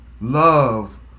love